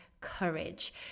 courage